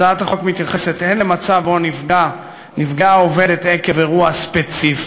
הצעת החוק מתייחסת הן למצב שבו נפגעה עובדת עקב אירוע ספציפי,